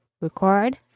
record